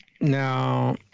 Now